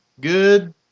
Good